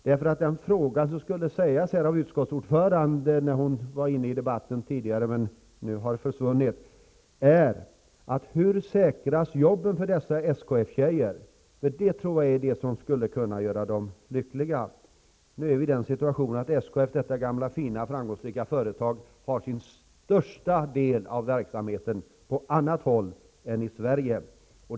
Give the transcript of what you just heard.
Den fråga som borde ha ställts av utskottsordföranden när hon tidigare deltog i debatten är den här: Hur säkras jobben för dessa SKF-tjejer? Att få veta det tror jag skulle göra dem lyckliga. Situationen är den att detta gamla fina företag SKF till största delen har sin verksamhet på annat håll än i Sverige.